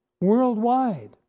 Worldwide